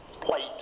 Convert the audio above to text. plate